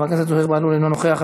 חבר הכנסת זוהיר בהלול, אינו נוכח.